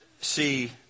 see